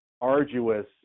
arduous